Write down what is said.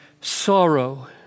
sorrow